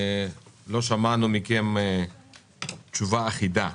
לא שמענו מכם תשובה אחידה.